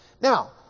Now